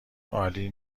عالی